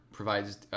Provides